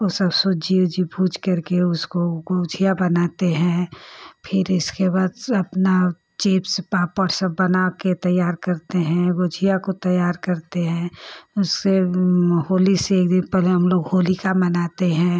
वह सब सूजी ओजी भूज करके उसको गोझिया बनाते हैं फिर इसके बाद अपना चिप्स पापड़ सब बना कर तैयार करते हैं गोझिया को तैयार करते हैं उससे होली से एक दिन पहले हम लोग होलिका मनाते हैं